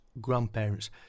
grandparents